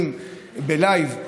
בלייב,